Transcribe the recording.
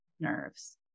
nerves